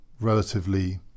relatively